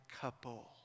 couple